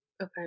Okay